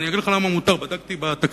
אני אגיד לך למה מותר, בדקתי בתקנון.